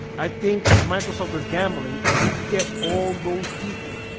i think microsoft is gambling if they could get all those people